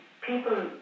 people